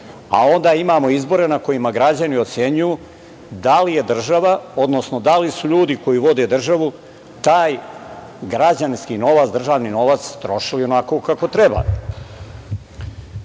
Onda imamo izbore na kojima građani ocenjuju da li je država, odnosno da li su ljudi koji vode državu taj građanski novac, držani novac trošili onako kako treba. Dok